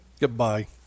Goodbye